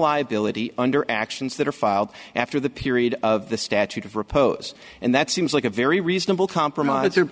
liability under actions that are filed after the period of the statute of repose and that seems like a very reasonable compromise or